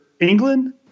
England